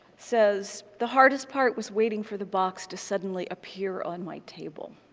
says, the hardest part was waiting for the box to suddenly appear on my table.